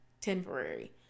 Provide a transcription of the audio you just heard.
temporary